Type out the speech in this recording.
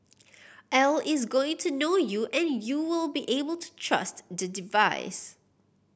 A I is going to know you and you will be able to trust the device